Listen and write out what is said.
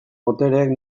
botereek